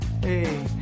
Hey